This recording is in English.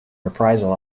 reprisal